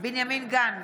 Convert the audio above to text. בנימין גנץ,